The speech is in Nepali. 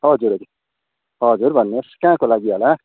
हजुर हजुर हजुर भन्नुहोस् कहाँको लागि होला